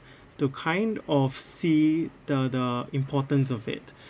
to kind of see the the importance of it